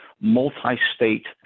multi-state